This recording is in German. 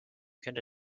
könnte